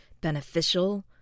beneficial